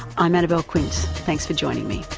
i'm annabelle quince, thanks for joining me